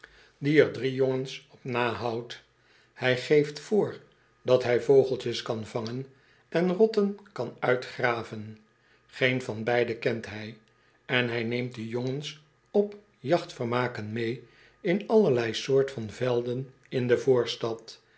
die er drie jongens op nahoudt hij geeft voor dat hij vogeltjes kan vangen en rotten kan uitgraven geen van beide kent hij en hy neemt de jongens op jachtvermaken mee in allerlei soort van velden in de voorstad